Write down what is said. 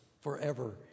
forever